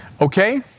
Okay